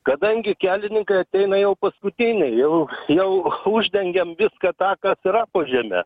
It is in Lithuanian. kadangi kelininkai ateina jau paskutiniai jau jau uždengiam viską tą kas yra po žeme